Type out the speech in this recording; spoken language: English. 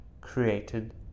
created